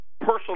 personal